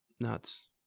Nuts